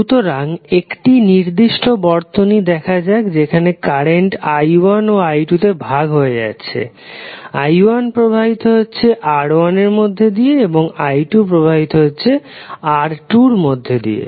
সুতরাং একটি নির্দিষ্ট বর্তনী দেখা যাক যেখানে কারেন্ট i1 ও i2 তে ভাগ হয়ে যাচ্ছে i1 প্রবাহিত হচ্ছে R1 এর মধ্যে দিয়ে এবং i2 প্রবাহিত হচ্ছে R2 এর মধ্যে দিয়ে